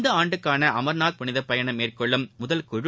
இந்த ஆண்டுக்கான அம்நாத் புளிதப் பயணம் மேற்கொள்ளும் முதல் குழு